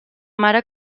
mare